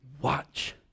Watch